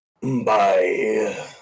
Bye